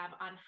on